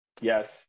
Yes